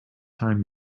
time